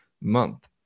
month